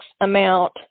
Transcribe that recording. amount